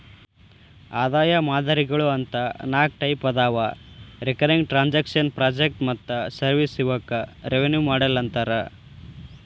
ಆದಾಯ ಮಾದರಿಗಳು ಅಂತ ನಾಕ್ ಟೈಪ್ ಅದಾವ ರಿಕರಿಂಗ್ ಟ್ರಾಂಜೆಕ್ಷನ್ ಪ್ರಾಜೆಕ್ಟ್ ಮತ್ತ ಸರ್ವಿಸ್ ಇವಕ್ಕ ರೆವೆನ್ಯೂ ಮಾಡೆಲ್ ಅಂತಾರ